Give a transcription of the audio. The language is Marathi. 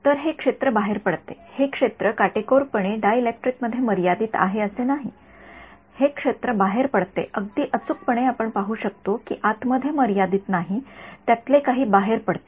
तर हे क्षेत्र बाहेर पडते हे क्षेत्र काटेकोरपणे डाइलेक्ट्रिक मध्ये मर्यादित आहे असे नाही हे क्षेत्र बाहेर पडते अगदी अचूकपणे आपण पाहु शकतो की आत मध्ये मर्यादित नाही त्यातले काही बाहेर पडते